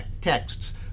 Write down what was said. texts